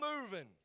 moving